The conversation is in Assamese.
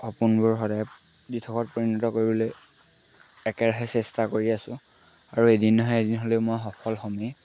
সপোনবোৰ সদায় দিঠকত পৰিণত কৰিবলৈ একেৰাহে চেষ্টা কৰি আছোঁ আৰু এদিন নহয় এদিন হ'লেও মই সফল হ'মেই